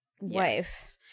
wife